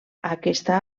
aquesta